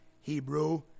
Hebrew